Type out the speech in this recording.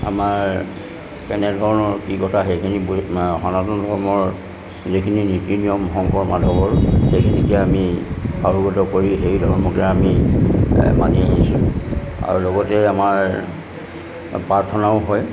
আমাৰ কেনেধৰণৰ কি কথা সেইখিনি গৈ সনাতন ধৰ্মৰ যিখিনি নীতি নিয়ম শংকৰ মাধৱৰ সেইখিনিকে আমি অৱগত কৰি সেই ধৰ্মকে আমি মানি আহিছোঁ আৰু লগতে আমাৰ প্ৰাৰ্থনাও হয়